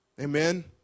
Amen